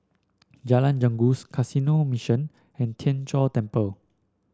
Jalan Janggus Canossian Mission and Tien Chor Temple